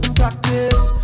practice